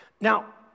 Now